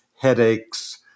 headaches